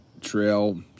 trail